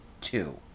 two